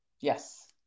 Yes